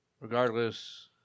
regardless